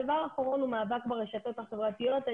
הדבר האחרון הוא מאבק ברשתות החברתיות.